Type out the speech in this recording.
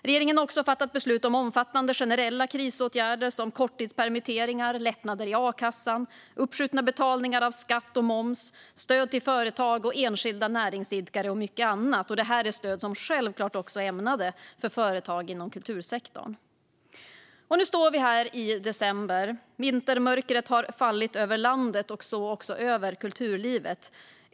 Regeringen har också fattat beslut om omfattande generella krisåtgärder, som korttidspermitteringar, lättnader i a-kassan, uppskjutna betalningar av skatt och moms, stöd till företag och enskilda näringsidkare och mycket annat. Detta är stöd som självklart också är ämnade för företag inom kultursektorn. Nu står vi här i december. Vintermörkret har fallit över landet och även över kulturlivet.